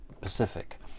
Pacific